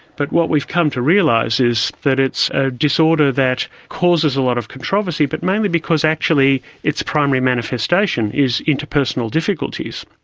but what we've come to is that it's a disorder that causes a lot of controversy but mainly because actually its primary manifestation is interpersonal difficulties.